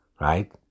right